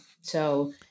So-